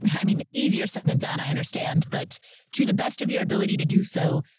yeah i mean, easier said than done. i understand. but to the best of your ability to do so,